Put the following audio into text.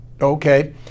Okay